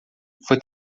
foi